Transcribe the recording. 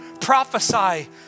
prophesy